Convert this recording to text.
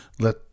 let